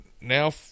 Now